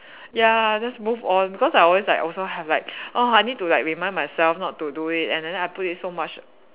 ya just move on because I always like also have like oh I need to like remind myself not to do it and then I put in so much